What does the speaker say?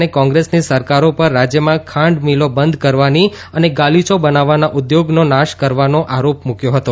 અને કોંગ્રેસની સરકારો પર રાજ્યમાં ખાંડ મિલો બંધ કરવાની અને ગાલીચો બનાવવાના ઉદ્યોગનો નાશ કરવાનો આરોપ મૂક્યો હતો